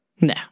No